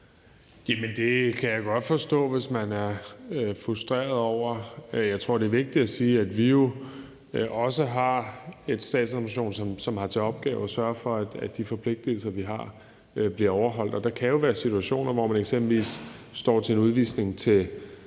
Det kan jeg godt forstå hvis man er frustreret over. Jeg tror, det er vigtigt at sige, at vi jo også har en statsadministration, som har til opgave at sørge for, at de forpligtelser, vi har, bliver overholdt. Og der kan jo være situationer, hvor man eksempelvis står til udvisning og